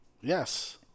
yes